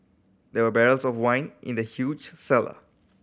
there barrels of wine in the huge cellar